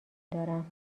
دارم